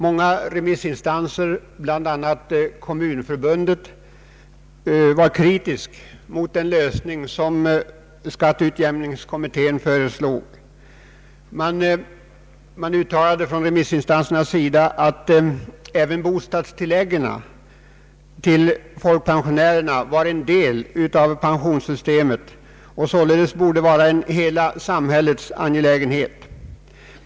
Många remissinstanser, bland andra Kommunförbundet, var kritiska mot den lösning som skatteutjämningskommittén föreslog. Det uttalades i remissyttrandena att även bostadstilläggen till folkpensionärerna var en del av pensionssystemet och således borde vara en hela samhällets angelägenhet.